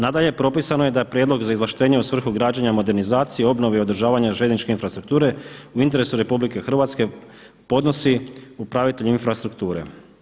Nadalje, propisano je da je prijedlog za izvlaštenje u svrhu građenja, modernizacije, obnove i održavanja željezničke infrastrukture u interesu RH podnosi upravitelj infrastrukture.